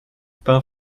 pain